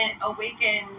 Awakened